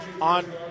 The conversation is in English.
on